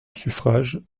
suffrages